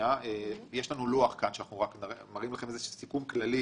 יש לנו לוח, אנחנו מראים לכם סיכום כללי